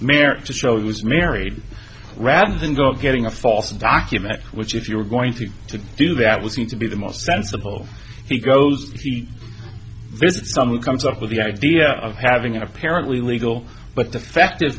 marriage to show it was married rather than go getting a false document which if you were going to to do that was going to be the most sensible he goes visit someone comes up with the idea of having apparently legal but defective